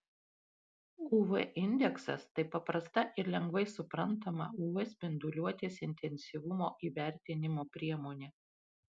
uv indeksas tai paprasta ir lengvai suprantama uv spinduliuotės intensyvumo įvertinimo priemonė